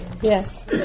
Yes